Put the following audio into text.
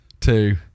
two